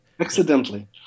Accidentally